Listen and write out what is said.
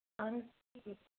اَہَن حظ ٹھیٖک